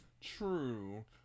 True